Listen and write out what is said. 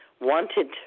wanted